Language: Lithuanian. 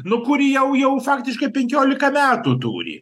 nu kur jau jau faktiškai penkioliką metų turi